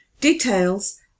Details